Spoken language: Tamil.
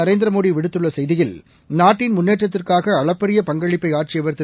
நரேந்திர மோடி விடுத்துள்ள செய்தியில் நாட்டின் முன்னேற்றத்திற்காக அளப்பரிய பங்களிப்பை ஆற்றியவர் திரு